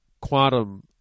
quantum